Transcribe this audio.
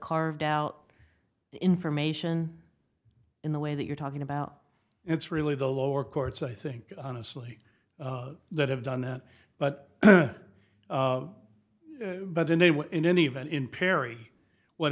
carved out information in the way that you're talking about and it's really the lower courts i think honestly that have done that but but in a way in any event in perry what